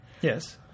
Yes